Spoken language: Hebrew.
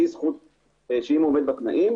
שאם הוא עומד בתנאים,